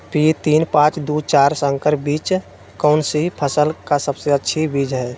P तीन पांच दू चार संकर बीज कौन सी फसल का सबसे अच्छी बीज है?